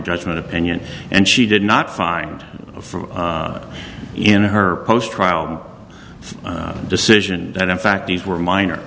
judgement opinion and she did not find from in her post trial decision that in fact these were minor